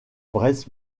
bresse